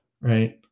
Right